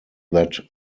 that